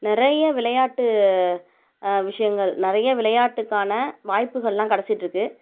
நிறைய விளையாட்டு விஷயங்கள் நிறைய விளையாட்டுக்கான வாய்ப்புகளெலாம் கிடைச்சிட்ருக்கு